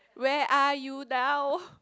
where are you now